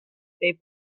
they